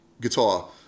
guitar